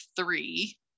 three